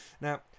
Now